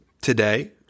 today